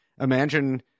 imagine